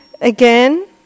again